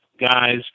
guys